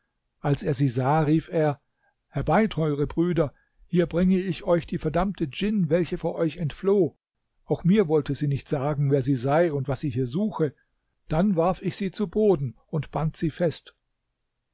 als er sie sah rief er herbei teure brüder hier bringe ich euch die verdammte djinn welche vor euch entfloh auch mir wollte sie nicht sagen wer sie sei und was sie hier suche dann warf ich sie zu boden und band sie fest